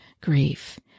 grief